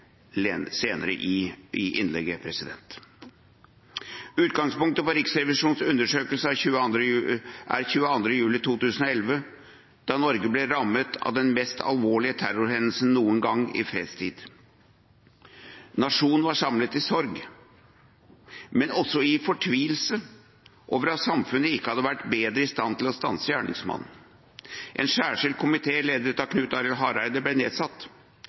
til senere i innlegget. Utgangspunktet for Riksrevisjonens undersøkelse er 22. juli 2011, da Norge ble rammet av den mest alvorlige terrorhendelsen noen gang i fredstid. Nasjonen var samlet i sorg, men også i fortvilelse over at samfunnet ikke hadde vært bedre i stand til å stanse gjerningsmannen. En særskilt komité, ledet av Knut Arild Hareide, ble nedsatt.